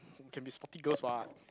you can be sporty girls what